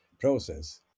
process